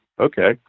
Okay